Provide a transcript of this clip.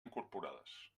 incorporades